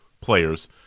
players